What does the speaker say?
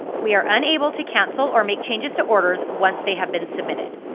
we are unable to cancel or make changes to orders once they have been submitted.